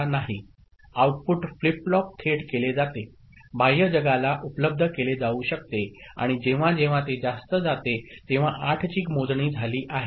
output flip flop थेट केले जाते बाह्य जगाला उपलब्ध केले जाऊ शकते आणि जेव्हा जेव्हा ते जास्त जाते तेव्हा 8 ची मोजणी झाली आहे